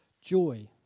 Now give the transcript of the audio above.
joy